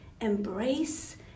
embrace